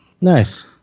Nice